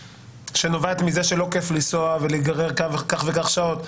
שנובעת מזה שלא כיף לנסוע ולהיגרר כך וכך שעות.